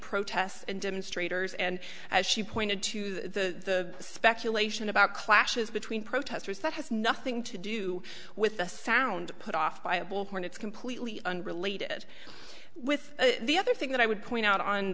protests and demonstrators and as she pointed to the speculation about clashes between protesters that has nothing to do with the sound put off by a bullhorn it's completely unrelated with the other thing that i would point out on